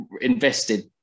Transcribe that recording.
Invested